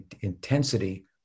intensity